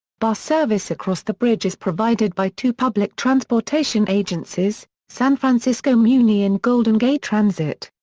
bus service across the bridge is provided by two public transportation agencies san francisco muni and golden gate transit.